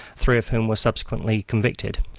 three of whom were subsequently convicted.